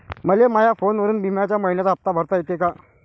मले माया फोनवरून बिम्याचा मइन्याचा हप्ता भरता येते का?